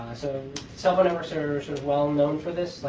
so cellphone number servers are well-known for this.